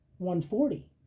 140